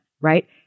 Right